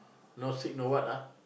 no sick no what ah